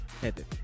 headed